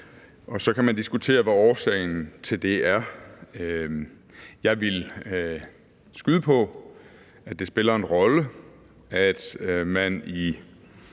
Så kan man diskutere, hvad årsagen til det er. Jeg vil skyde på, at det spiller en rolle, at man i